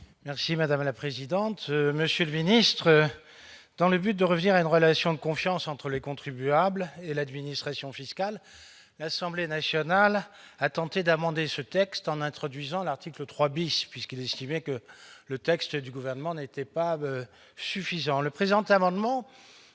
Merci madame la présidente, monsieur le ministre, dans le but de revenir à une relation de confiance entre les contribuables et l'administration fiscale, l'Assemblée nationale a tenté d'amender ce texte en introduisant l'article 3 bis puisqu'il estimait que le texte du gouvernement n'était pas suffisant le présent amendement